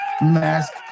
mask